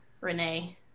Renee